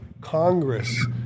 Congress